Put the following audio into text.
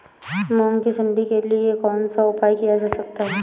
मूंग की सुंडी के लिए कौन सा उपाय किया जा सकता है?